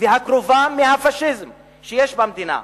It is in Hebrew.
והקרובה לפאשיזם שיש במדינה.